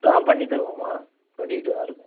ஆ பண்ணி தருவோமா பண்ணிகிட்டு தான் இருக்கோம்